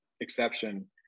exception